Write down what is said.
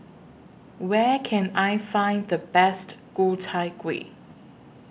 Where Can I Find The Best Ku Chai Kuih